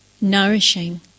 nourishing